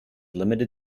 limited